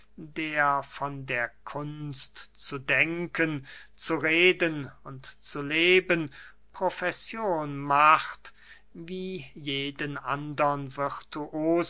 der von der kunst zu denken zu reden und zu leben profession macht wie jeden andern